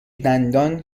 دندان